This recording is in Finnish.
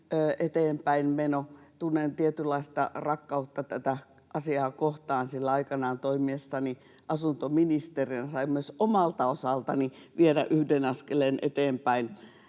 eteenpäinmeno. Tunnen tietynlaista rakkautta tätä asiaa kohtaan, sillä aikanaan toimiessani asuntoministerinä sain myös omalta osaltani viedä tätä yhden askeleen eteenpäin